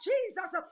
Jesus